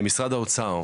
משרד האוצר,